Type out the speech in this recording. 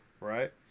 right